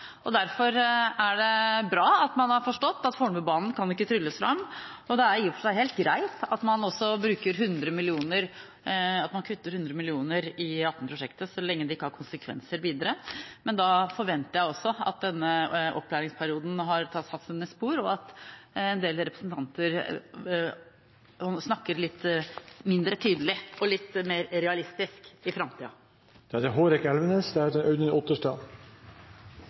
Derfor er det bra at man har forstått at Fornebubanen ikke kan trylles fram, og det er i og for seg helt greit at man kutter 100 mill. kr i E18-prosjektet, så lenge det ikke har konsekvenser videre. Da forventer jeg også at denne opplæringsperioden har satt sine spor, og at en del representanter snakker litt mindre tydelig og litt mer realistisk i framtiden. Det passer egentlig som fot i hose å få lov til å ta ordet etter foregående representant. Denne regjeringen har gjort akkurat det